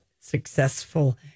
successful